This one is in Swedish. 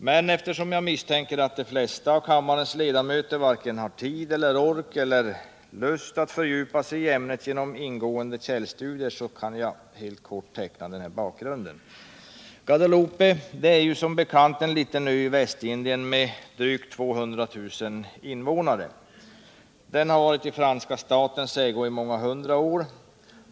Men eftersom jag misstänker att de flesta av kammarens ledamöter varken har tid, ork eller lust att fördjupa sig i ämnet genom ingående källstudier, skall jag helt kort teckna bakgrunden. Guadeloupe är som bekant en liten ö i Västindien med drygt 200 000 invånare. Den har varit i franska statens ägo i många hundra år.